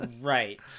right